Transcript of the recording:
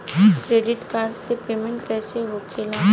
Credit card से payment कईसे होखेला?